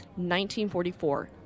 1944